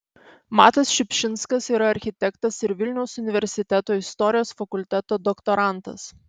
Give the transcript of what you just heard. matas šiupšinskas yra architektas ir vilniaus universiteto istorijos fakulteto doktorantas